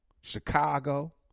Chicago